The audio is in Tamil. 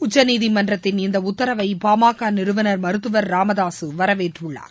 உச்சநீதிமன்றத்தின் இந்த உத்தரவை பாமக நிறுவனர் மருத்துவர் ச ராமதாசு வரவேற்றுள்ளார்